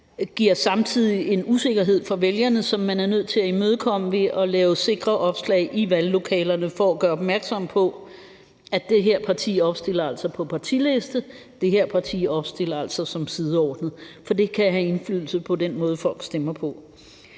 giver samtidig en usikkerhed for vælgerne, som man er nødt til at imødekomme ved at lave sikre opslag i valglokalerne for at gøre opmærksom på, at det her parti altså opstiller kandidater på en partiliste, og at et andet parti altså har sideordnet opstilling, for det kan have indflydelse på den måde, som folk stemmer på.